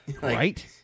Right